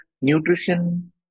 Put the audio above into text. nutrition